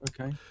Okay